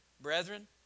Brethren